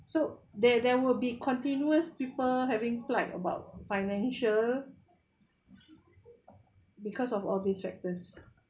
so there there will be continuous people having plight about financial because of all these factors